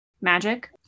magic